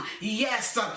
yes